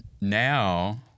now